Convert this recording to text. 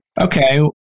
okay